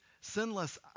sinless